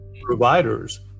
providers